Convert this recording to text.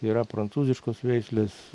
tai yra prancūziškos veislės